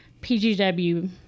pgw